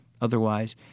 Otherwise